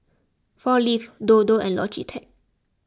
four Leaves Dodo and Logitech